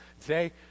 Today